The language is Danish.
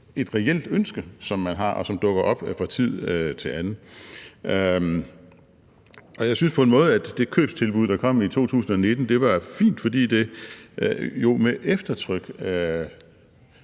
et reelt ønske, som man har, og som dukker op fra tid til anden. Og jeg synes på en måde, at det købstilbud, der kom i 2019, var fint, fordi det jo med eftertryk